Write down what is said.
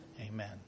Amen